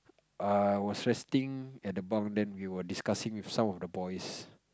I was resting at the bunk then we were discussing with some of the boys